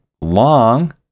long